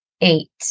eight